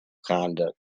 conduct